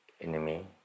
Enemy